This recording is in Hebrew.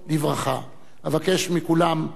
אבקש מכולם לקום ולעמוד